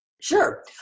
Sure